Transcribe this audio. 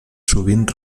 sovint